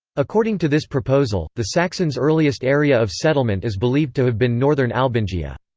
according to this proposal, the saxons' earliest area of settlement is believed to have been northern albingia.